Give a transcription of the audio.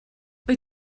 wyt